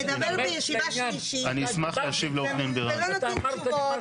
הוא מדבר בישיבה שלישית ולא נותן תשובות.